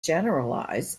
generalize